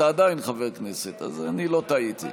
אתה עדיין חבר כנסת, אז אני לא טעיתי.